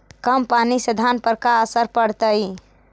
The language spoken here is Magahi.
कम पनी से धान पर का असर पड़तायी?